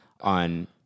on